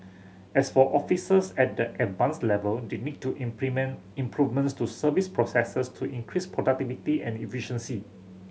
as for officers at the Advanced level they need to implement improvements to service processes to increase productivity and efficiency